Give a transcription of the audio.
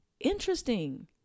interesting